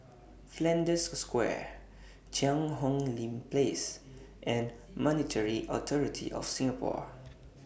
Flanders Square Cheang Hong Lim Place and Monetary Authority of Singapore